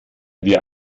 dir